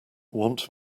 want